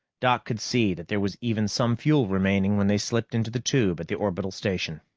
doc could see that there was even some fuel remaining when they slipped into the tube at the orbital station.